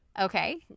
Okay